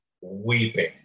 weeping